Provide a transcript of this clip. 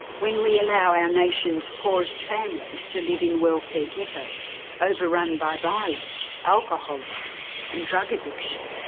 when we allow our nation's poorest families to live in welfare ghettos overrun by violence, alcoholism and drug addiction.